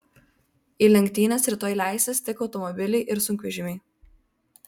į lenktynes rytoj leisis tik automobiliai ir sunkvežimiai